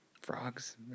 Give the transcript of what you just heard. frogs